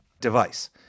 device